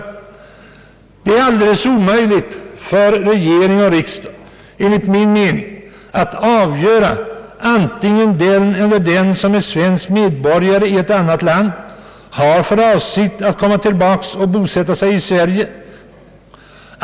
Det är enligt min mening alldeles omöjligt för regering och riksdag att avgöra, huruvida den eller den svenske medborgaren, bosatt i ett annat land, har för avsikt att komma tillbaka och bosätta sig i Sverige.